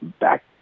back